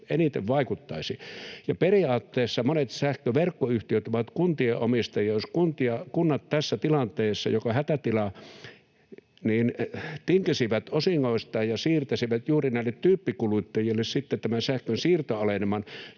eniten vaikuttaisi. Periaatteessa monet sähköverkkoyhtiöt ovat kuntien omistamia, ja jos kunnat tässä tilanteessa, joka on hätätila, tinkisivät osingoistaan, ne voisivat siirtää juuri näille tyyppikuluttajille tämän sähkönsiirtoaleneman,